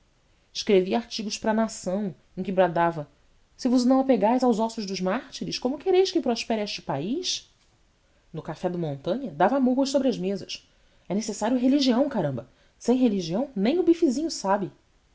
escrevi artigos para a nação em que bradava se vos não apegais aos ossos dos mártires como quereis que prospere este país no café do montanha dava murros sobre mesas e necessário religião caramba sem religião nem o bifezinho sabe